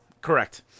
Correct